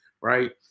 right